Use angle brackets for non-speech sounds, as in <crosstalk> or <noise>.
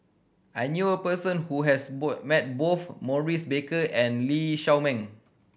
I knew a person who has <unintelligible> met both Maurice Baker and Lee Shao Meng